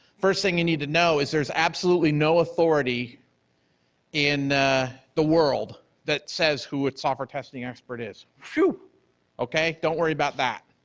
first thing you need to know is there is absolutely no authority in the world that says who a software testing expert is. okay, don't worry about that.